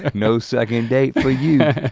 ah no second date for you.